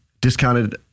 discounted